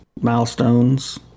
milestones